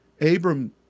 Abram